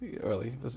early